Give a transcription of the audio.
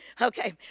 Okay